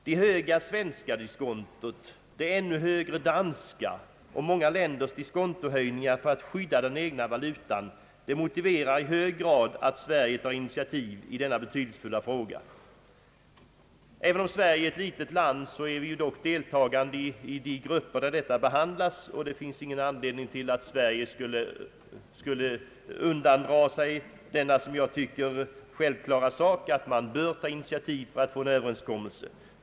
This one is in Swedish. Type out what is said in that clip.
Det höga svenska diskontot, det ännu högre danska och många länders diskontohöjningar för att skydda den egna valutan motiverar i hög grad att Sverige tar initiativ i denna betydelsefulla fråga. Även om Sverige är ett litet land är vi ändå deltagande i de grupper där detta spörsmål behandlas. Det finns ingen anledning till att Sverige skulle undandra sig denna som jag tycker självklara uppgift att ta initiativ för att få en överenskommelse till stånd.